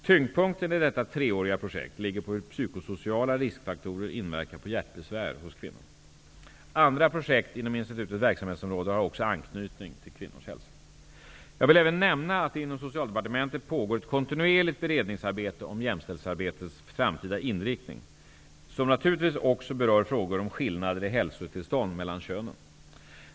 Tyngdpunkten i detta treåriga projekt ligger på hur psykosociala riskfaktorer inverkar på hjärtbesvär hos kvinnor. Andra projekt inom institutets verksamhetsområde har också anknytning till kvinnors hälsa. Jag vill även nämna att det inom Socialdepartementet pågår ett kontinuerligt beredningsarbete om jämställdhetsarbetets framtida inriktning, som naturligtvis också berör frågor om skillnader i hälsotillstånd mellan könen.